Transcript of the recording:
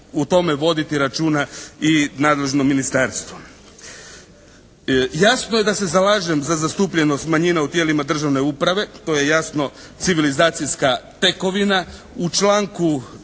o tome voditi računa i nadležno ministarstvo. Jasno je da se zalažem za zastupljenost manjina u tijelima državne uprave. To je jasno civilizacijska tekovina. U članku